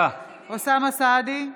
(קוראת בשמות חברי הכנסת) אוסאמה סעדי,